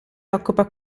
occupa